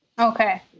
Okay